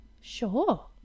sure